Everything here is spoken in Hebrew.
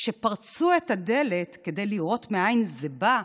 "כשפרצו את הדלת כדי לראות מאין זה בא,